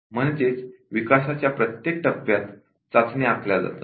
म्हणजेच डेव्हलपमेंट च्या प्रत्येक टप्प्यात टेस्टस केल्या जातात